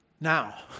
Now